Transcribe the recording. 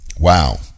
Wow